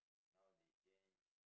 now they change